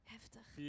Heftig